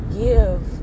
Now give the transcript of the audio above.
give